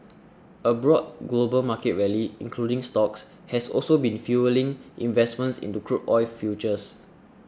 a broad global market rally including stocks has also been fuelling investment into crude oil futures